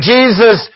Jesus